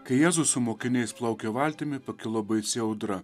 kai jėzus su mokiniais plaukė valtimi pakilo baisi audra